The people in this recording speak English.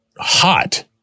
hot